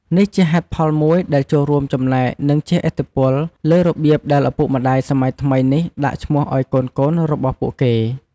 នេះជាហេតុផលមួយដែលចូលរួមចំណែក និងជះឥទ្ធិពលលើរបៀបដែលឪពុកម្ដាយសម័យថ្មីនេះដាក់ឈ្មោះឱ្យកូនៗរបស់ពួកគេ។